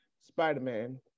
spider-man